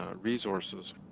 Resources